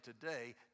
today